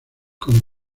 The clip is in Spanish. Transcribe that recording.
con